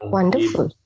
Wonderful